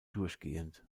durchgehend